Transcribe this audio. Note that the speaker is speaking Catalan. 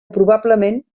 probablement